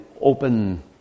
open